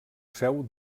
seu